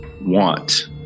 want